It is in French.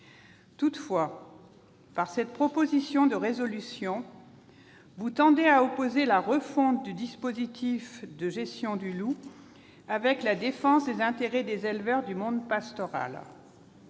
Toutefois, par cette proposition de résolution, mes chers collègues, vous tendez à opposer la refonte du dispositif de gestion du loup à la défense des intérêts des éleveurs du monde pastoral.